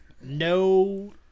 no